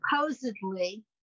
supposedly